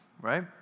right